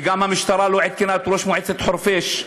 וגם המשטרה לא עדכנה את ראש מועצת חורפיש,